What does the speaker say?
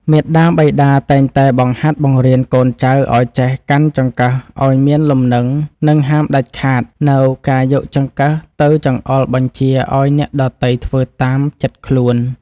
មាតាបិតាតែងតែបង្ហាត់បង្រៀនកូនចៅឱ្យចេះកាន់ចង្កឹះឱ្យមានលំនឹងនិងហាមដាច់ខាតនូវការយកចង្កឹះទៅចង្អុលបញ្ជាឱ្យអ្នកដទៃធ្វើតាមចិត្តខ្លួន។